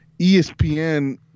ESPN